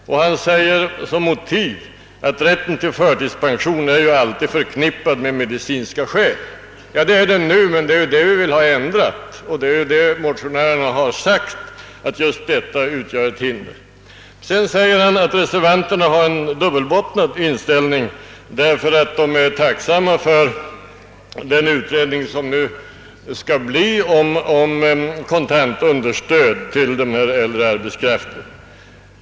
Som motiv angav han att rätten till förtidspension ju alltid är förknippad med medicinska skäl. Ja, det är den nu, men det är ju detta vi vill ha ändrat! Motionärerna har anfört att just detta utgör ett hinder. Vidare säger herr Bengtsson, att reservanterna har en dubbelbottnad inställning på så vis att de samtidigt är tacksamma för den utredning som nu skall komma till stånd om kontant understöd till den äldre arbetskraften.